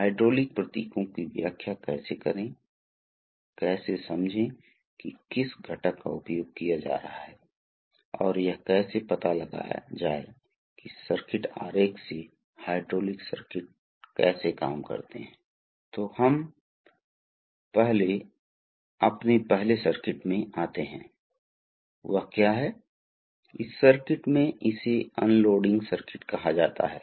इसलिए उच्च बल को प्रेषित किया जाना चाहिए और सटीक विस्थापन और वेगों का निर्माण करना होगा यही वह मूल क्षेत्र है जहां हाइड्रोलिक सिस्टम अपने अनुप्रयोगों के बहुमत का पता लगाते हैं